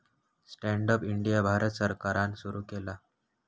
stand up India Bharat सरकारान सुरू केला